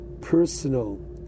personal